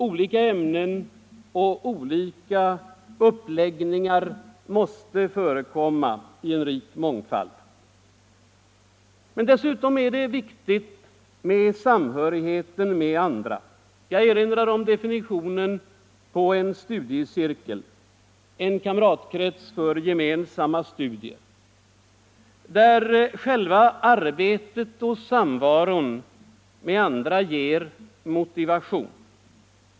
Olika ämnen och olika uppläggningar måste förekomma i en rik mångfald. Dessutom är det viktigt med samhörigheten med andra. Jag erinrar om definitionen på en studiecirkel: en kamratkrets för gemensamma studier, där själva arbetet och samvaron med andra ger motivation.